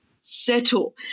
settle